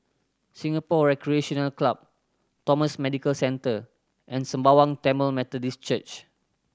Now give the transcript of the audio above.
Singapore Recreation Club Thomson Medical Centre and Sembawang Tamil Methodist Church